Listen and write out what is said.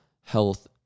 health